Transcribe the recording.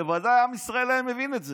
בוודאי עם ישראל היה מבין את זה.